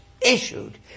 issued